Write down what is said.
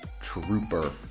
trooper